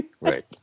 Right